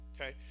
Okay